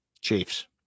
Chiefs